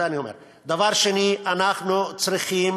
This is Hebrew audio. דבר שני, אנחנו צריכים